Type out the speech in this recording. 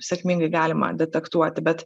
sėkmingai galima detektuoti bet